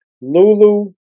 Lulu